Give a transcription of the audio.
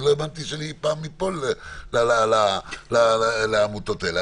אני לא האמנתי שפעם אפול לעמותות האלה.